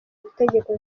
itegeko